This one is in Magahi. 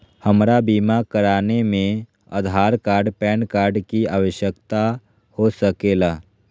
हमरा बीमा कराने में आधार कार्ड पैन कार्ड की आवश्यकता हो सके ला?